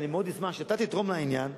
ואני מאוד אשמח שאתה תתרום לעניין,